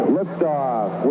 Liftoff